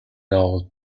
old